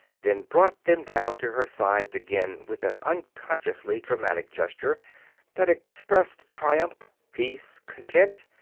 then brought them down to her sides again with an unconsciously dramatic gesture that expressed triumph, peace, content,